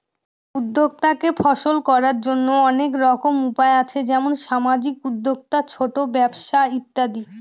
উদ্যক্তাকে সফল করার জন্য অনেক রকম উপায় আছে যেমন সামাজিক উদ্যোক্তা, ছোট ব্যবসা ইত্যাদি